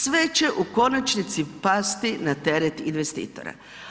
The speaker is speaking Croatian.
Sve će u konačnici pasti na teret investitora.